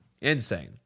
Insane